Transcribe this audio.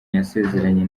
yasezeranye